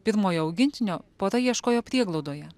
pirmojo augintinio pora ieškojo prieglaudoje